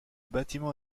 bâtiment